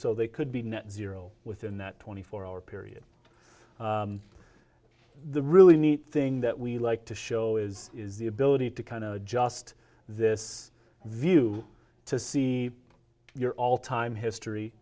so they could be net zero within that twenty four hour period the really neat thing that we like to show is is the ability to kind of just this view to see your all time